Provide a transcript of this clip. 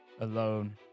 alone